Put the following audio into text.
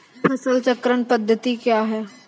फसल चक्रण पद्धति क्या हैं?